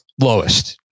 Lowest